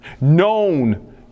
known